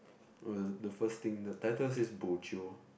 oh the the first thing the title says bo jio